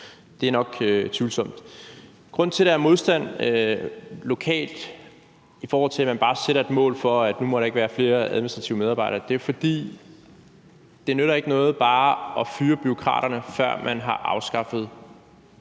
Det er nok tvivlsomt. Grunden til, at der er modstand lokalt mod, at man bare sætter et mål om, at nu må der ikke være flere administrative medarbejdere, er, at det ikke nytter noget bare at fyre bureaukraterne, før man har afskaffet